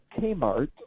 Kmart